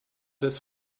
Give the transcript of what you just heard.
des